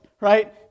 right